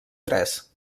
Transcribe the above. tres